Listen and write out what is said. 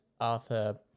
arthur